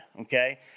okay